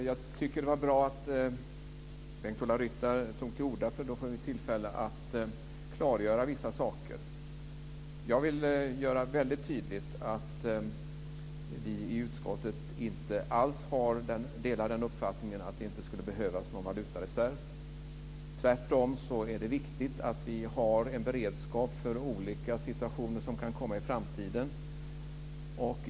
Fru talman! Det var bra att Bengt-Ola Ryttar tog till orda eftersom vi då får tillfälle att klargöra vissa saker. Jag vill göra väldigt tydligt att vi i utskottet inte alls delar uppfattningen att det inte skulle behövas någon valutareserv. Tvärtom är det viktigt att vi har en beredskap för olika situationer som kan komma i framtiden.